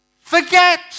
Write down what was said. Forget